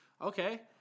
Okay